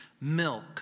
milk